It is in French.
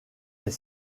est